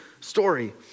story